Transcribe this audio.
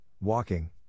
walking